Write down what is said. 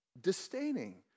disdaining